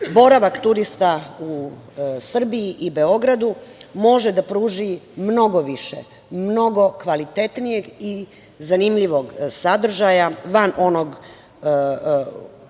turista u Srbiji i Beogradu može da pruži mnogo više, mnogo više kvalitetnijeg i zanimljivog sadržaja van onog